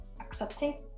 accepting